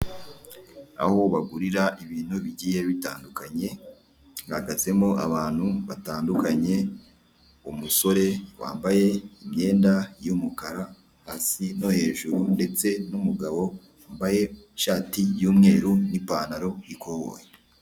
Abantu bane bambaye imipira y'umweru ndetse n'ingofero y'umweru, bahagaze hejuru y'abantu benshi harimo abanyonzi, n'abaturage basanzwe, bari kuvuga kuri gahunda y'ubwizigame ya ejo heza bafite ibirango byanditseho amagambo y'ururimi rw'ikinyarwanda ari mu ibara ry'ubururu.